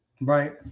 Right